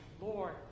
Lord